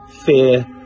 fear